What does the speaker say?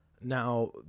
Now